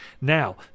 Now